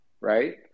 right